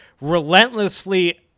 relentlessly